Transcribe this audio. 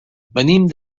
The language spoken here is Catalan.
venim